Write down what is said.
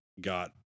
got